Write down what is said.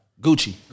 Gucci